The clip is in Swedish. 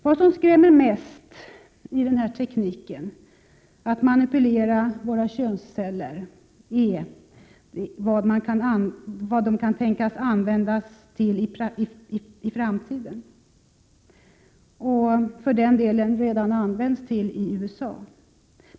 Vad som skrämmer mest när det gäller denna teknik att manipulera våra könsceller, är vad den kan tänkas användas till i framtiden, och för den delen redan används till i USA.